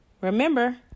Remember